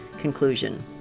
Conclusion